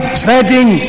treading